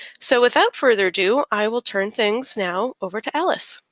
so without further ado i will turn things now over to alice.